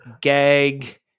gag